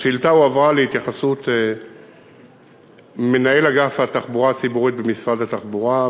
השאילתה הועברה להתייחסות מנהל אגף התחבורה הציבורית במשרד התחבורה,